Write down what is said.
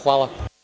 Hvala.